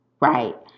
right